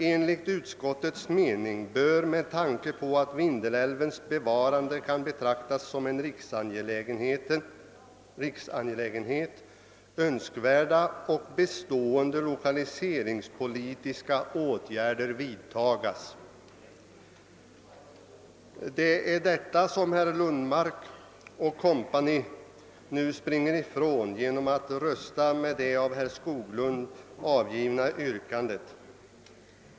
Enligt utskottets mening bör med tanke på att Vindelälvens bevarande kan betraktas som en riksangelägenhet önskvärda och bestående lokaliseringspolitiska åtgärder vidtagas.» Det är detta som herr Lundmark och hans meningsfränder nu springer ifrån genom att ansluta sig till det av herr Skoglund framställda yrkandet.